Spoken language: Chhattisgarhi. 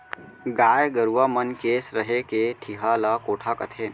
गाय गरूवा मन के रहें के ठिहा ल कोठा कथें